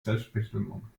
selbstbestimmung